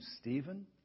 Stephen